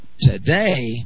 today